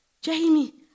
Jamie